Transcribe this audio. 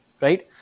right